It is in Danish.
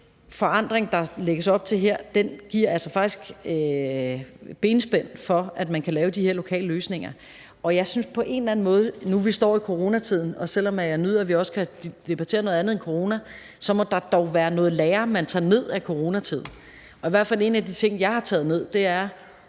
forandring, der lægges op til her, giver faktisk benspænd for, at man kan lave de her lokale løsninger. Jeg synes på en eller anden måde, selv om jeg nyder, at vi også kan debattere noget andet end corona, at der dog må være noget lære, man tager ned af coronatiden. En af de ting, jeg i hvert fald har taget ned, er,